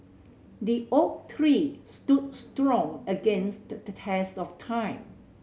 the oak tree stood strong against the test of time